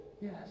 yes